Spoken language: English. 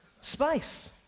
space